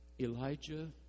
Elijah